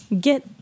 get